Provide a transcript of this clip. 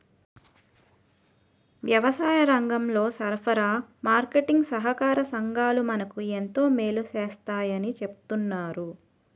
వ్యవసాయరంగంలో సరఫరా, మార్కెటీంగ్ సహాకార సంఘాలు మనకు ఎంతో మేలు సేస్తాయని చెప్తన్నారు